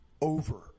over –